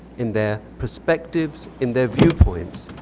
in their perspectives, in their viewpoints.